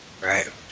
right